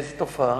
איזו תופעה,